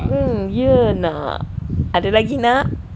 mm ya nak ada lagi nak